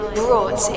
brought